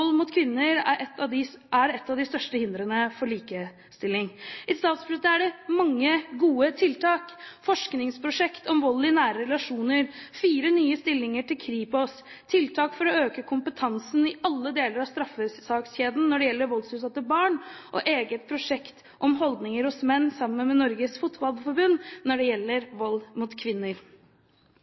mot kvinner er også et av de største hindrene for likestilling. I statsbudsjettet er det mange gode tiltak: forskningsprosjekt om vold i nære relasjoner, fire nye stillinger til Kripos, tiltak for å øke kompetansen i alle deler av straffesakskjeden når det gjelder voldsutsatte barn, og et eget prosjekt sammen med Norges Fotballforbund om holdninger hos menn når det gjelder vold mot kvinner. Også når det gjelder vold mot kvinner,